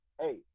Hey